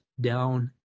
down